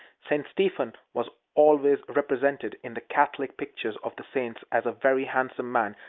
st. stephen was always represented, in the catholic pictures of the saints, as a very handsome man,